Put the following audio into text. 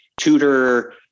tutor